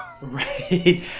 Right